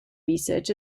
research